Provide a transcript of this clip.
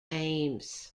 aims